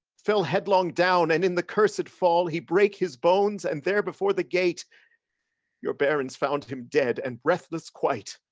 fell headlong down, and in the cursed fall he brake his bones, and there before the gate your barons found him dead, and breathless quite.